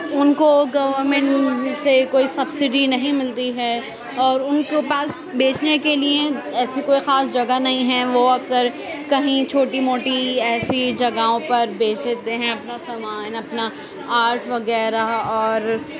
ان کو گورمنٹ سے کوئی سبسڈی نہیں ملتی ہے اور ان کو پاس بیچنے کے لیے ایسی کوئی خاص جگہ نہیں ہے وہ اکثر کہیں چھوٹی موٹی ایسی جگہوں پر بیچ دیتے ہیں اپنا سامان اپنا آرٹ وغیرہ اور